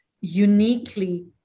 uniquely